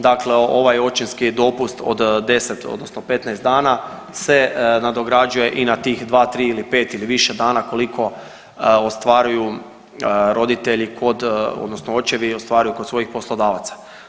Dakle, ovaj očinski dopust od 10 odnosno 15 dana se nadograđuje i na tih 2, 3 ili 5 ili više dana koliko ostvaruju roditelji kod odnosno očevi ostvaruju kod svojih poslodavaca.